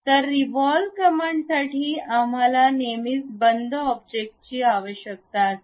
तर रिव्हॉल्व कमांडसाठी आम्हाला नेहमीच बंद ऑब्जेक्ट ची आवश्यकता असते